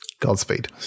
Godspeed